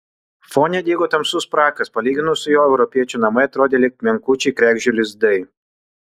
fone dygo tamsus prakas palyginus su juo europiečių namai atrodė lyg menkučiai kregždžių lizdai